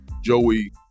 Joey